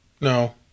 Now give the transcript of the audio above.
no